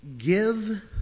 Give